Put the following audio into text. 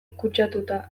kutsatuta